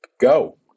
go